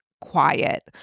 quiet